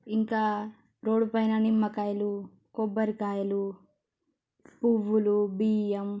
ఇంకా రోడ్డుపైన నిమ్మకాయలు కొబ్బరికాయలు పువ్వులు బియ్యం